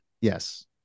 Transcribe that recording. yes